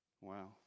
wow